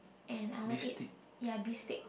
and I want eat ya beef steak